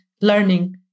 learning